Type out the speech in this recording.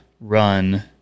run